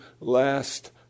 last